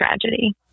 tragedy